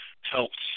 Helps